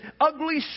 ugly